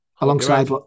alongside